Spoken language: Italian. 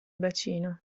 bacino